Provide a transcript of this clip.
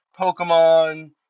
Pokemon